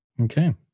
Okay